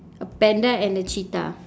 a panda and a cheetah